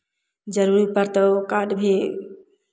जरूरीपर तऽ ओ कार्ड भी